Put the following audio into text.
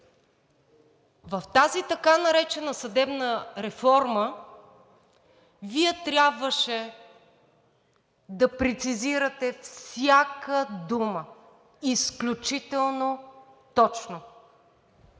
в тази така наречена съдебна реформа Вие трябваше да прецизирате всяка дума изключително точно.